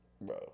Bro